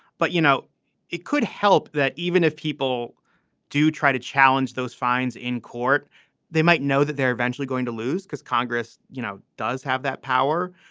but you know it could help that even if people do try to challenge those fines in court they might know that they're eventually going to lose because congress you know does have that power.